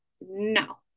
no